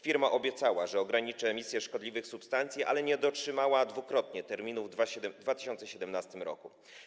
Firma obiecała, że ograniczy emisję szkodliwych substancji, ale nie dotrzymała dwukrotnie terminów w 2017 r.